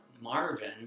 Marvin